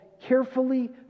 carefully